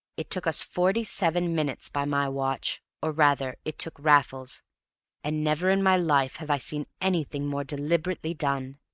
it took us forty-seven minutes by my watch or, rather, it took raffles and never in my life have i seen anything more deliberately done.